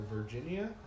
Virginia